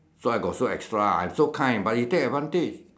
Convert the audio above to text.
so I got so extra I so kind but he take advantage